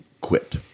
quit